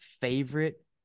favorite